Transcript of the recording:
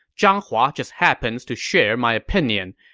zhang hua just happens to share my opinion.